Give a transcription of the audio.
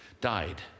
died